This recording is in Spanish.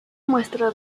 muestra